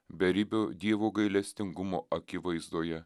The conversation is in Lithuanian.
beribio dievo gailestingumo akivaizdoje